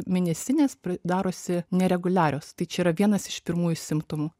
mėnesinės darosi nereguliarios tai čia yra vienas iš pirmųjų simptomų